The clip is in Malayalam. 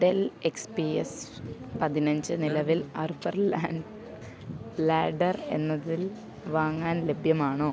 ഡെൽ എക്സ് പി എസ് പതിനഞ്ച് നിലവിൽ അർബർ ലാൻ ലാഡർ എന്നതിൽ വാങ്ങാൻ ലഭ്യമാണോ